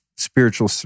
spiritual